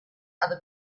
other